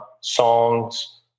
songs